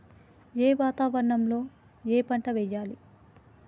ఏ వాతావరణం లో ఏ పంట వెయ్యాలి?